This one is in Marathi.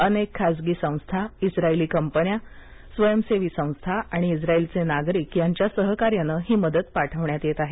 अनेक खासगी संस्था इस्रायली कंपन्या स्वयंसेवी संस्था आणि इस्रायलचे नागरिक यांच्या सहकार्याने ही मदत पाठवण्यात येत आहे